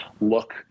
look